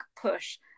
push